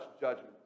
judgment